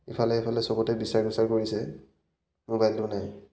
ইফালে ইফালে সবতে বিচাৰ খোচাৰ কৰিছে মোবাইলটো নাই